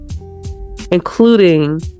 Including